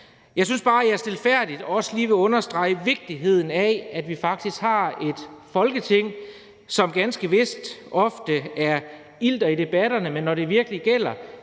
Jeg synes bare, jeg stilfærdigt også lige vil understrege vigtigheden af, at vi faktisk har et Folketing, som ganske vist ofte er iltert i debatterne, men når det virkelig gælder,